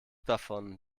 davon